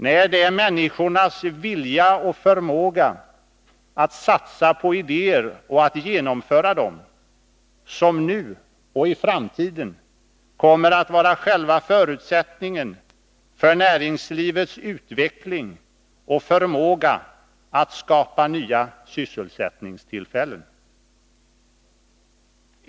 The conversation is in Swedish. Nej, det är människornas vilja och förmåga att satsa på idéer och att genomföra dem som nu och i framtiden kommer att vara själva förutsättningen för näringslivets utveckling och förmåga att skapa nya sysselsättningstillfällen.